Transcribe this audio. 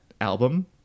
album